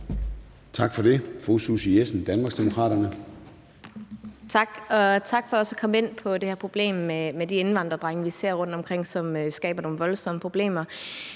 Tak for det. Fru Susie Jessen, Danmarksdemokraterne.